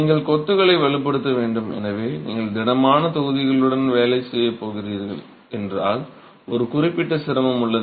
நீங்கள் கொத்துகளை வலுப்படுத்த வேண்டும் எனவே நீங்கள் திடமான தொகுதிகளுடன் வேலை செய்யப் போகிறீர்கள் என்றால் ஒரு குறிப்பிட்ட சிரமம் உள்ளது